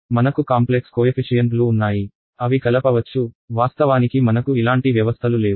మనకు complex coefficient లు ఉన్నాయి అవి కలపవచ్చు వాస్తవానికి మనకు ఇలాంటి వ్యవస్థలు లేవు